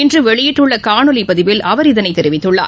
இன்று வெளியிட்டுள்ள காணொலிப் பதிவில் அவர் இதனைத் தெரிவித்துள்ளார்